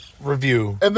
review